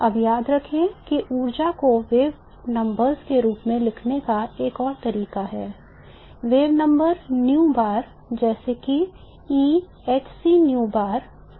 अब याद रखें कि ऊर्जा को वेव संख्याओं के रूप में लिखने का एक और तरीका है तरंग संख्या नू बार जैसे कि E इस सूत्र द्वारा दिया गया है